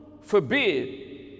forbid